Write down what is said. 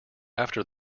after